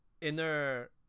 inner